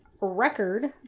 record